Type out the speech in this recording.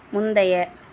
முந்தைய